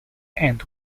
end